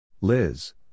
Liz